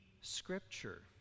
Scripture